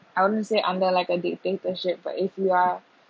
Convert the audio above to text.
I wouldn't say under like a dictatorship but if you are